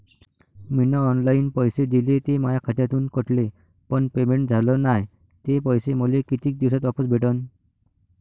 मीन online पैसे दिले, ते माया खात्यातून कटले, पण पेमेंट झाल नायं, ते पैसे मले कितीक दिवसात वापस भेटन?